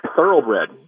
thoroughbred